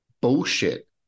Bullshit